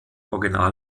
original